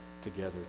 together